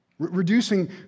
Reducing